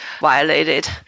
violated